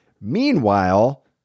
Meanwhile